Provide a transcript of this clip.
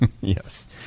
yes